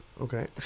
Okay